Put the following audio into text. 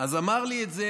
אמר לי את זה